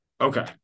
Okay